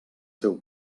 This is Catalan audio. seu